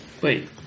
Wait